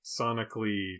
sonically